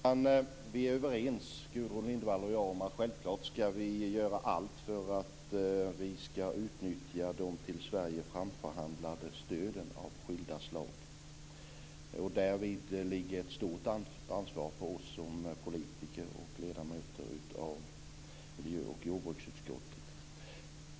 Fru talman! Vi är överens, Gudrun Lindvall och jag, om att vi självklart skall göra allt för att vi skall utnyttja de för Sverige framförhandlade stöden av skilda slag. Därvid ligger ett stort ansvar på oss som politiker och ledamöter av miljö och jordbruksutskottet.